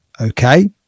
okay